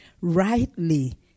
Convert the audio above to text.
rightly